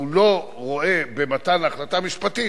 שהוא לא רואה במתן החלטה משפטית,